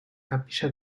capilla